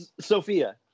Sophia